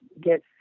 get